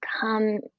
come